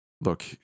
Look